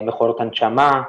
מכונות הנשמה,